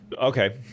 Okay